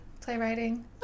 playwriting